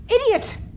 Idiot